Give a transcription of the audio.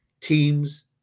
Teams